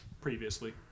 previously